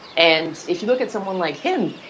and if you look at someone like him,